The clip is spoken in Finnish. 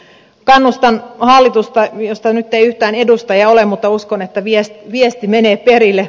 kannustan hallitusta josta nyt ei yhtään edustajaa ole mutta uskon että viesti menee perille